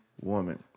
woman